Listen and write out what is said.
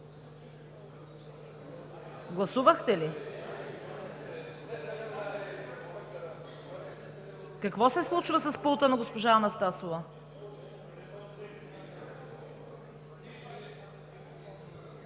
гласуване. Какво се случва с пулта на госпожа Анастасова?